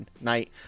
night